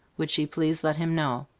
would she please let him know.